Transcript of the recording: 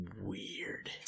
weird